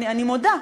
אני מודה.